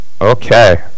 Okay